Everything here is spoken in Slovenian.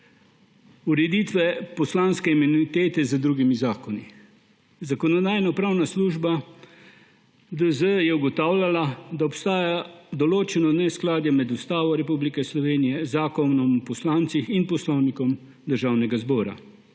ureditve poslanske imunitete z drugimi zakoni. Zakonodajno-pravna služba Državnega zbora je ugotavljala, da obstaja določeno neskladje med Ustavo Republike Slovenije, Zakonom o poslancih in Poslovnikom državnega zbora